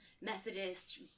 Methodist